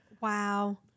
Wow